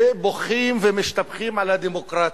ומשתפכים על הדמוקרטיה.